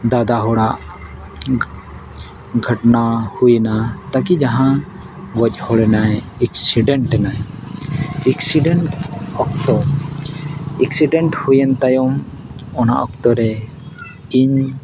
ᱫᱟᱫᱟ ᱦᱚᱲᱟᱜ ᱜᱷᱚᱴᱱᱟ ᱦᱩᱭᱱᱟ ᱛᱟ ᱠᱤ ᱡᱟᱦᱟᱸ ᱜᱚᱡ ᱦᱚᱲ ᱮᱱᱟᱭ ᱮᱠᱥᱤᱰᱮᱱᱴ ᱮᱱᱟᱭ ᱮᱠᱥᱤᱰᱮᱱᱴ ᱚᱠᱛᱚ ᱮᱠᱥᱤᱰᱮᱱᱴ ᱦᱩᱭᱮᱱ ᱛᱟᱭᱚᱢ ᱚᱱᱟ ᱚᱠᱛᱚ ᱨᱮ ᱤᱧ